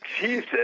Jesus